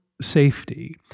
safety